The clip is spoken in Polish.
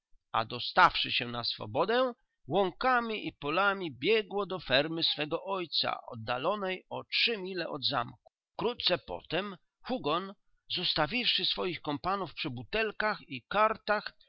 a dostawszy się na swobodę łąkami i polami biegło do fermy swego ojca oddalonej o trzy mile od zamku wkrótce potem hugon zostawiwszy swoich kompanów przy butelkach i kartach